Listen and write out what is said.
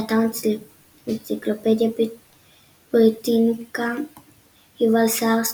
באתר אנציקלופדיה בריטניקה יובל סער,